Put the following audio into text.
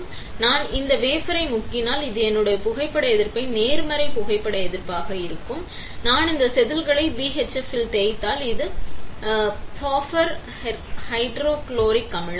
எனவே நான் இந்த வேஃபரை முக்கினால் இது எனது புகைப்பட எதிர்ப்பை நேர்மறை புகைப்பட எதிர்ப்பாக இருக்கும் நான் இந்த செதில்களை BHF இல் தோய்த்தால் இது பஃபர் ஹைட்ரோகுளோரிக் அமிலம்